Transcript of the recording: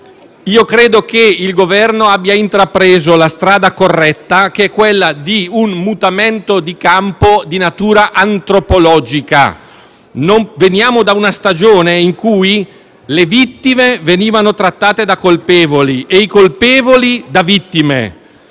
allora che il Governo abbia intrapreso la strada corretta, quella di un mutamento di campo di natura antropologica. Veniamo da una stagione in cui le vittime venivano trattate da colpevoli e i colpevoli da vittime;